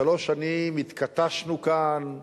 שלוש שנים התכתשנו כאן,